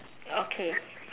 okay